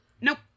Nope